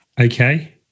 Okay